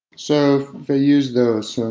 so they use those.